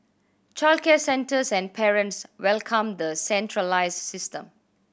childcare centres and parents welcomed the centralised system